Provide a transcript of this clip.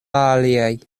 aliaj